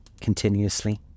continuously